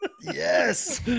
Yes